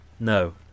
No